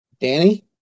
Danny